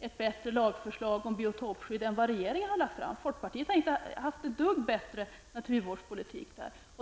ett bättre lagförslag om biotopskydd än det som regeringen har lagt fram. Folkpartiet har inte bedrivit någon bättre naturvårdspolitik.